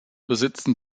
besitzen